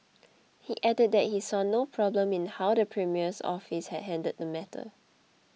he added that he saw no problem in how the premier's office had handled the matter